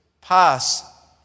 pass